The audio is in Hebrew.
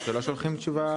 לא שולחים תשובה?